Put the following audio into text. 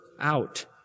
out